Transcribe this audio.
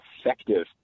effective